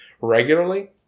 regularly